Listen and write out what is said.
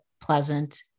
pleasant